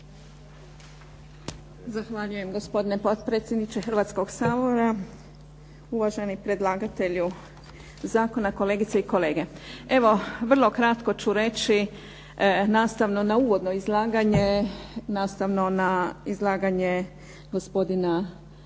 Zahvaljujem. Gospodine potpredsjedniče Hrvatskog sabora, uvaženi predlagatelju zakona, kolegice i kolege. Evo vrlo kratko ću reći, nastavno na uvodno izlaganje, nastavno na izlaganje gospodina